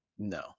No